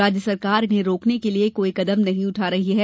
राज्य सरकार इन्हें रोकने के लिये कोई कदम नहीं उठा रही है